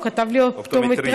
הוא כתב לי אופטומטראי.